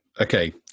Okay